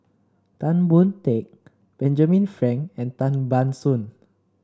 Tan Boon Teik Benjamin Frank and Tan Ban Soon